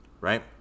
right